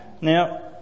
Now